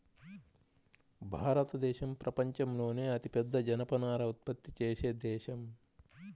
భారతదేశం ప్రపంచంలోనే అతిపెద్ద జనపనార ఉత్పత్తి చేసే దేశం